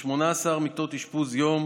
ו-18 מיטות אשפוז יום